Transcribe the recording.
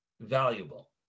valuable